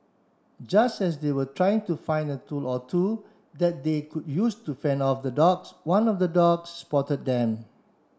just as they were trying to find a tool or two that they could use to fend off the dogs one of the dogs spotted them